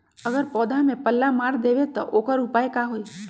अगर पौधा में पल्ला मार देबे त औकर उपाय का होई?